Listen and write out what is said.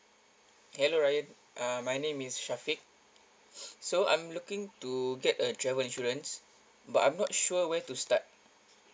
hello ryan uh my name is syafiq so I'm looking to get a travel insurance but I'm not sure where to start